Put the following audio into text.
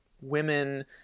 women